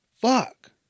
Fuck